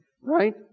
right